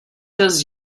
does